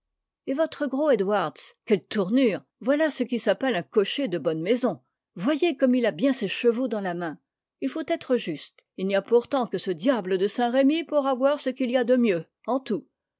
et votre gros edwards quelle tournure voilà ce qui s'appelle un cocher de bonne maison voyez comme il a bien ses chevaux dans la main il faut être juste il n'y a pourtant que ce diable de saint-remy pour avoir ce qu'il y a de mieux en tout